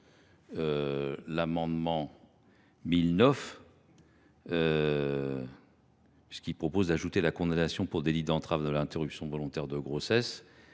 l’amendement n° I 1009, qui tend à ajouter la condamnation pour délit d’entrave à l’interruption volontaire de grossesse